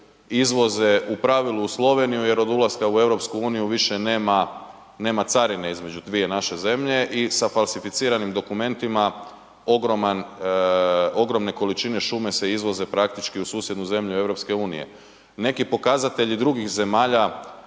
izvoze u pravilu u Sloveniju jer od ulaska u EU više nema carine između dvije naše zemlje i sa falsificiranim dokumentima ogromne količine šume se izvoze praktički u susjednu zemlju EU-a. Neki pokazatelji drugih zemalja